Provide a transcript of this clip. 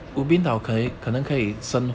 so